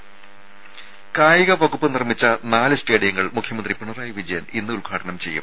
ദേദ കായിക വകുപ്പ് നിർമ്മിച്ച നാല് സ്റ്റേഡിയങ്ങൾ മുഖ്യമന്ത്രി പിണറായി വിജയൻ ഇന്ന് ഉദ്ഘാടനം ചെയ്യും